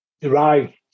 derived